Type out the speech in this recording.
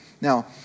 Now